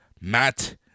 matt